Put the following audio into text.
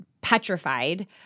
petrified